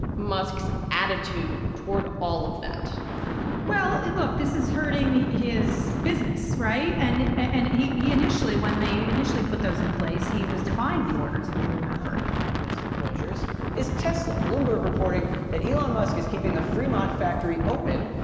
musk's attitude toward all of that well, look, this is hurting his business, right? and and he he initially when they initially put those in place, he and was defying the orders. if you remember, on that list of closures is tesla. bloomberg reporting that elon musk is keeping the fremont factory open.